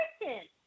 important